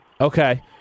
Okay